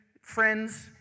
friends